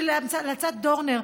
המלצת דורנר,